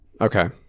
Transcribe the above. Okay